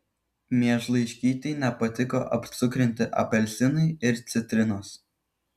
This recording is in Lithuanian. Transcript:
miežlaiškytei nepatiko apcukrinti apelsinai ir citrinos